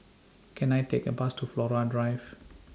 Can I Take A Bus to Flora Drive